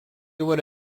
would